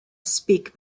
speak